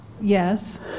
Yes